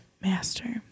master